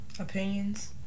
opinions